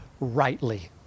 rightly